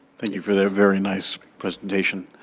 thank you for that very nice presentation.